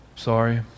sorry